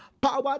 Power